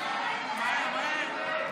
אמות מידה לתקצוב),